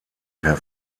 per